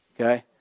okay